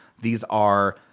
these are